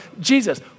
Jesus